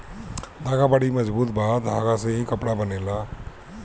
धागा बड़ी मजबूत बा धागा से ही कपड़ा बनेला